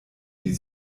die